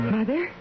Mother